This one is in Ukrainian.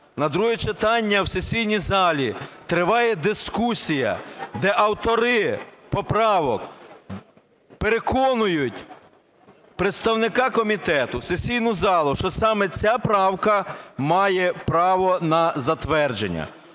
на друге читання в сесійній залі триває дискусія, де автори поправок переконують представника комітету, сесійну залу, що саме ця правка має право на затвердження.